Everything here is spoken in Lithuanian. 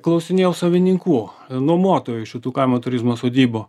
klausinėjau savininkų nuomotojų šitų kaimo turizmo sodybų